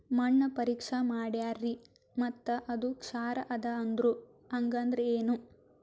ಮಣ್ಣ ಪರೀಕ್ಷಾ ಮಾಡ್ಯಾರ್ರಿ ಮತ್ತ ಅದು ಕ್ಷಾರ ಅದ ಅಂದ್ರು, ಹಂಗದ್ರ ಏನು?